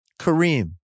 Kareem